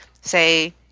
say